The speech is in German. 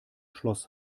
schloss